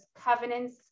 covenants